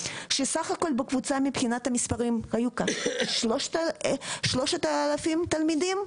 סך הכול בקבוצה מבחינת המספרים היו 3,000 תלמידים.